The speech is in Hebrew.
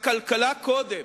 הכלכלה קודם,